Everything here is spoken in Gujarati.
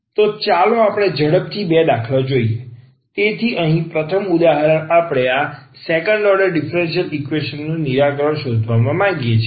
તો ચાલો આપણે ઝડપથી બે દાખલાઓ જોઈએ તેથી અહીં પ્રથમ ઉદાહરણ આપણે આ સેકન્ડ ઓર્ડરના ડીફરન્સીયલ ઈક્વેશન નું નિરાકરણ શોધવા માંગીએ છીએ